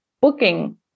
booking